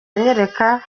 anyereka